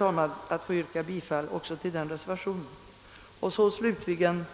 Jag ber att få yrka bifall också till reservationen 2. Slutligen